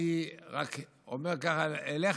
אני רק אומר לך,